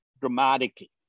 dramatically